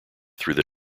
through